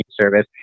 service